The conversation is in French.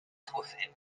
trophée